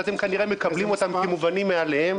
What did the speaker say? שאתם כנראה מקבלים אותן כמובנות מאליהן